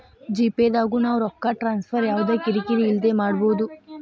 GPay ದಾಗು ನಾವ್ ರೊಕ್ಕ ಟ್ರಾನ್ಸ್ಫರ್ ಯವ್ದ ಕಿರಿ ಕಿರಿ ಇಲ್ದೆ ಮಾಡ್ಬೊದು